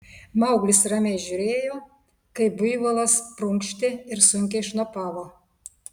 mauglis ramiai žiūrėjo kaip buivolas prunkštė ir sunkiai šnopavo